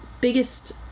biggest